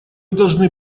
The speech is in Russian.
должны